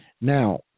Now